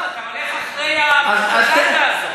לא, אתה הולך אחרי המניפולציה הזאת.